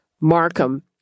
Markham